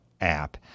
app